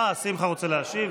שמחה רוצה, אה, שמחה רוצה להשיב.